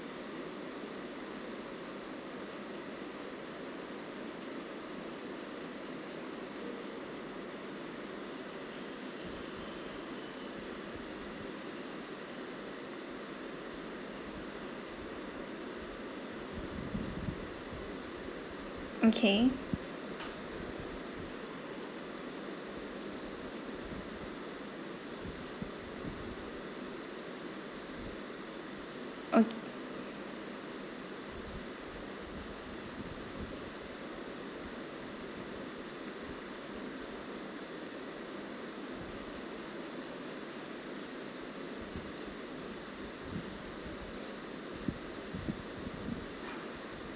okay ok~